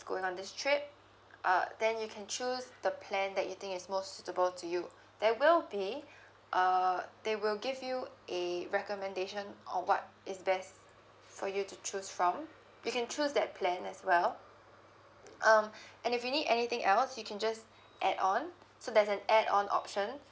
going on this trip uh then you can choose the plan that you think is most suitable to you there will be uh they will give you a recommendation on what is best for you to choose from you can choose that plan as well um and if you need anything else you can just add on so there's an add on option